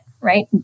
Right